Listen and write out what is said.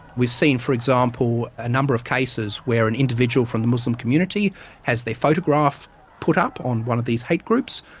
we've seen, for example, a number of cases where an individual from the muslim community has their photograph put up on one of these hate groups.